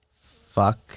fuck